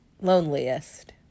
loneliest